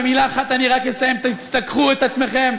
במילה אחת אני רק אסיים: תיקחו את עצמכם,